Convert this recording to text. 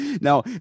Now